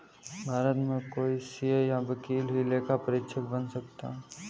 भारत में कोई सीए या वकील ही लेखा परीक्षक बन सकता है